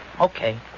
Okay